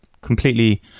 completely